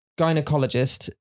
gynecologist